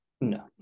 No